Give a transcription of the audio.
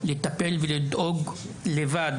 לטפל ולדאוג לבד,